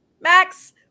Max